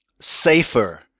safer